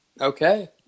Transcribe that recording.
Okay